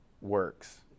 works